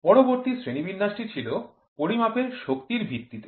পরবর্তী শ্রেণিবিন্যাসটি ছিল পরিমাপের শক্তির ভিত্তিতে